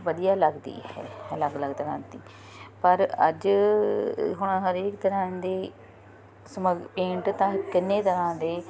ਵਧੀਆ ਲੱਗਦੀ ਹੈ ਅਲੱਗ ਅਲੱਗ ਤਰ੍ਹਾਂ ਦੀ ਪਰ ਅੱਜ ਹੁਣ ਹਰੇਕ ਤਰ੍ਹਾਂ ਦੀ ਸਮ ਪੇਂਟ ਤਾਂ ਕਿੰਨੇ ਤਰ੍ਹਾਂ ਦੇ